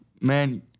man